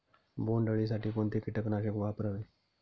बोंडअळी साठी कोणते किटकनाशक वापरावे?